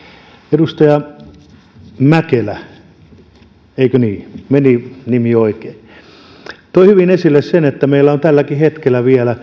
edustaja mäkelä eikö niin meni nimi oikein toi hyvin esille sen että meillä on tälläkin hetkellä vielä